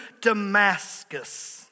Damascus